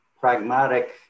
pragmatic